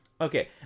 Okay